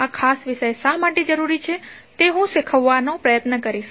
આ ખાસ વિષય શા માટે જરૂરી છે તે હું શીખવવાનો પ્રયત્ન કરીશ